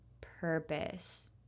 purpose